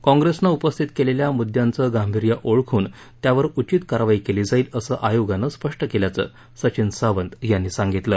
काँग्रेसनं उपस्थित केलेल्या मुद्यांचं गांभीर्य ओळखून त्यावर उचित कारवाई केली जाईल असं आयोगानं स्पष्ट केल्याचं सचिन सावंत यांनी सांगितलं